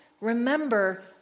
Remember